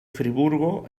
friburgo